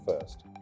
first